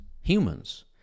humans